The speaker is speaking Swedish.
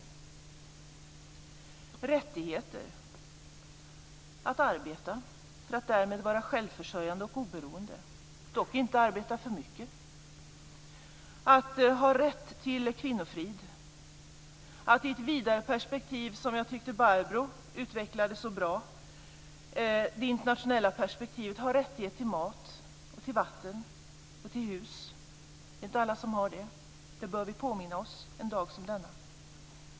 Det handlar om rättigheter för människor att arbeta för att de därmed ska vara självförsörjande och oberoende. De ska dock inte arbeta för mycket. Man ska ha rätt till kvinnofrid. I ett internationellt perspektiv, som jag tyckte att Barbro utvecklade så bra, ska man ha rättighet till mat, vatten och hus. Det är inte alla som har det. Det bör vi påminna oss en dag som denna.